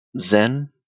Zen